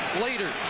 later